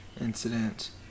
incident